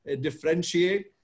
differentiate